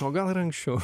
o gal ir anksčiau